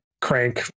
crank